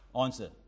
Answer